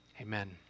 Amen